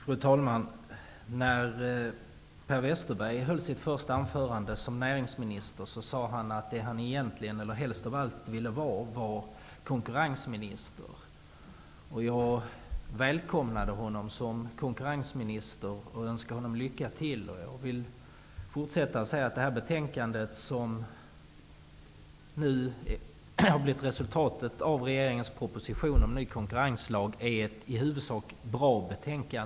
Fru talman! När Per Westerberg höll sitt första anförande som näringsminister sade han att det han egentligen helst av allt ville vara var konkurrensminister. Jag välkomnade honom som konkurrensminister och önskade honom lycka till. Vidare vill jag säga att detta betänkande, som är resultatet av regeringens proposition om en ny konkurrenslag, i huvudsak är bra.